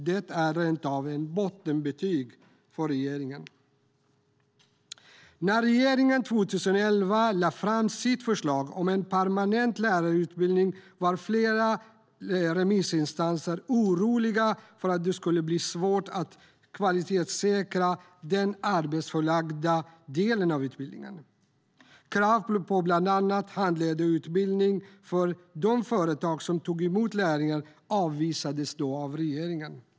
Det är rent av ett bottenbetyg för regeringen. När regeringen 2011 lade fram sitt förslag om en permanent lärlingsutbildning var flera remissinstanser oroliga för att det skulle bli svårt att kvalitetssäkra den arbetsplatsförlagda delen av utbildningen. Krav på bland annat handledarutbildning för de företag som tog emot lärlingar avvisades då av regeringen.